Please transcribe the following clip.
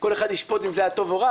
כל אחד ישפוט אם זה היה טוב או רע,